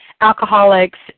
alcoholics